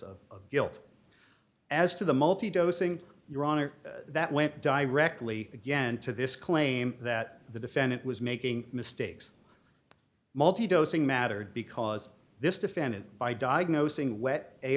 of guilt as to the multi dosing your honor that went directly again to this claim that the defendant was making mistakes multi dosing mattered because this defendant by diagnosing wet a